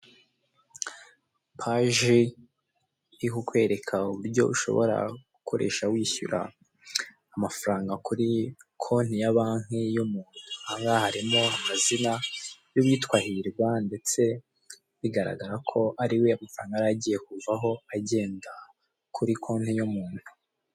Page iri ku kwereka uburyo ushobora gukoresha wishyura amafaranga kuri konti ya banki yo mu mahanga, harimo amazina y'uwitwa Hirwa, ndetse bigaragara ko ariwe amafaranga yari agiye kuvaho, agenda kuri konti y'umuntu.